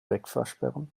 wegfahrsperre